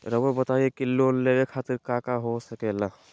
रउआ बताई की लोन लेवे खातिर काका हो सके ला?